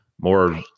more